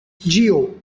geo